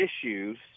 issues